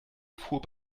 fuhr